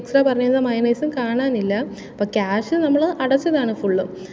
extra പറഞ്ഞിരുന്ന മയണൈസും കാണാനില്ല അപ്പം ക്യാഷ് നമ്മൾ അടച്ചതാണ് ഫുള്ളും